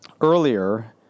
earlier